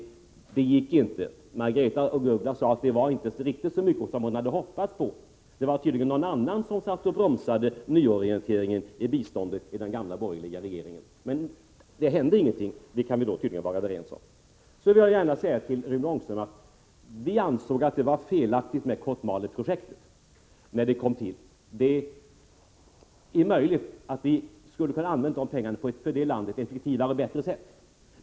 Margaretha af Ugglas sade att det inte var riktigt så mycket som hon hade hoppats på. Nej, det var tydligen någon annan som satt och bromsade nyorienteringen i den gamla borgerliga regeringen. Det hände ingenting — det kan vi tydligen vara ense om. Till Rune Ångström vill jag säga att vi ansåg att Kotmaleprojektet, när det tillkom, var felaktigt. Det är möjligt att vi skulle ha kunnat använda de pengarna på ett för det landet bättre och effektivare sätt.